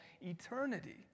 eternity